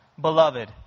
Beloved